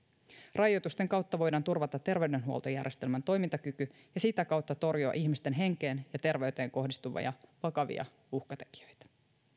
rajoitusten kautta voidaan turvata terveydenhuoltojärjestelmän toimintakyky ja sitä kautta torjua ihmisten henkeen ja terveyteen kohdistuvia vakavia uhkatekijöitä